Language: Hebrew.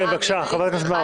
כן, בבקשה, חברת הכנסת מארק.